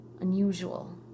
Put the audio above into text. unusual